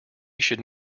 should